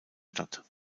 statt